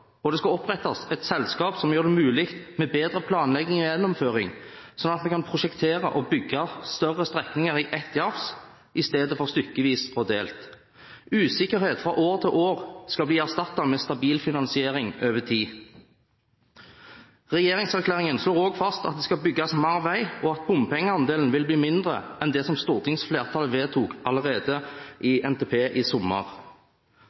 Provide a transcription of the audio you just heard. og det skal opprettes et selskap som gjør det mulig med bedre planlegging og gjennomføring, sånn at vi kan prosjektere og bygge større strekninger i ett jafs, i stedet for stykkevis og delt. Usikkerhet fra år til år skal bli erstattet med stabil finansiering over tid. Regjeringserklæringen slår også fast at det skal bygges mer vei, og at bompengeandelen vil bli mindre enn det som stortingsflertallet vedtok allerede i NTP i sommer.